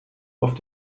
auf